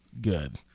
good